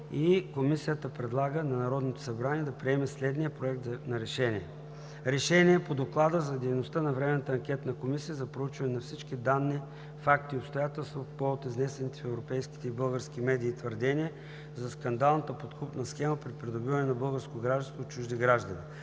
Комисията предлага на Народното събрание да приеме следния „Проект! РЕШЕНИЕ по Доклада за дейността на Временната анкетна комисия за проучване на всички данни, факти и обстоятелства по повод изнесените в европейски и български медии твърдения за скандалната подкупна схема при придобиване на българско гражданство от чужди граждани